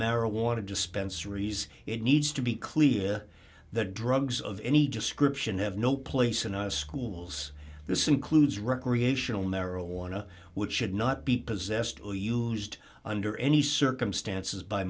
marijuana dispensary he's it needs to be clear that drugs of any description have no place in our schools this includes recreational marijuana which should not be possessed or used under any circumstances by